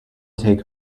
take